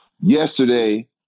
yesterday